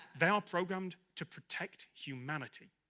they are programmed to protect humanity,